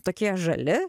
tokie žali